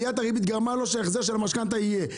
עליית הריבית גרמה לו שההחזר של המשכנתה יהיה.